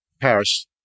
Paris